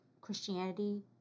Christianity